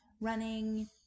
running